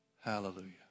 Hallelujah